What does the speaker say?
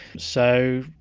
so,